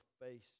face